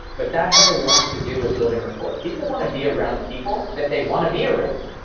but that has a lot to do with building rapport. people want to be around people that they want to be around.